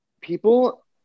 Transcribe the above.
people